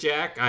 Jack